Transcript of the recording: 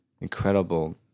incredible